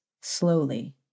slowly